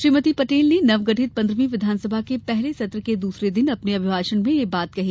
श्रीमती पटेल ने नवगठित पंद्रहवीं विधानसभा के पहले सत्र के दूसरे दिन अपने अभिभाषण में यह बात कही